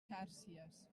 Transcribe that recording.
xàrcies